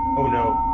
oh no.